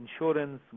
insurance